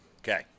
Okay